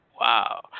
Wow